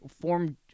formed